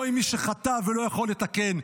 לא עם מי שחטא ולא יכול לתקן.